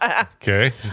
Okay